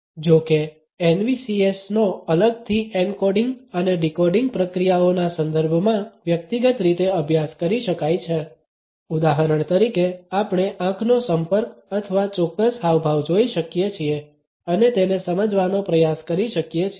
જોકે NVCs નો અલગથી એન્કોડિંગ અને ડીકોડિંગ પ્રક્રિયાઓના સંદર્ભમાં વ્યક્તિગત રીતે અભ્યાસ કરી શકાય છે ઉદાહરણ તરીકે આપણે આંખનો સંપર્ક અથવા ચોક્કસ હાવભાવ જોઈ શકીએ છીએ અને તેને સમજવાનો પ્રયાસ કરી શકીએ છીએ